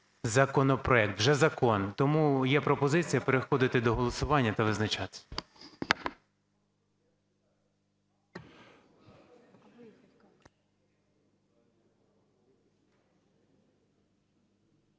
законопроект, вже закон. Тому є пропозиція переходити до голосування та визначатися.